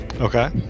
Okay